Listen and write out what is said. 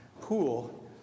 pool